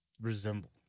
resemble